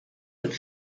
und